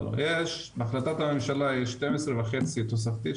החלטת הממשלה יש שתיים עשרה וחצי תוספתי,